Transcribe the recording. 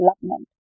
development